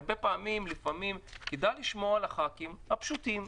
הרבה פעמים כדאי לשמוע לח"כים הפשוטים,